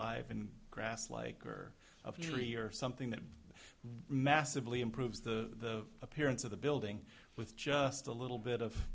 live in grass like or of injury or something that massively improves the appearance of the building with just a little bit of